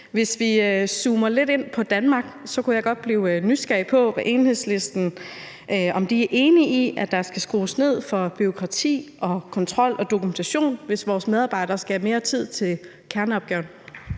Hvis vi zoomer lidt ind på Danmark, kunne jeg godt blive nysgerrig på, om Enhedslisten er enige i, at der skal skrues ned for bureaukrati, kontrol og dokumentation, hvis vores medarbejdere skal have mere tid til kerneopgaven.